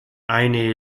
eine